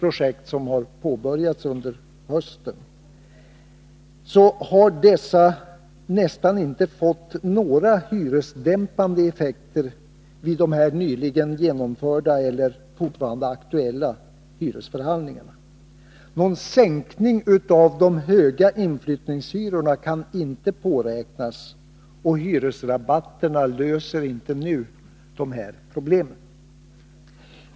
projekt som har påbörjats under hösten, har dessa nästan inte fått några hyresdämpande effekter i de nyligen genomförda och fortfarande aktuella hyresförhandlingarna. Någon sänkning av de höga inflyttningshyrorna kan inte påräknas, och hyresrabatterna löser inte nu de här problemen.